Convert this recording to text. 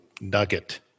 nugget